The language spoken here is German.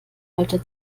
alte